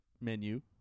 menu